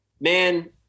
man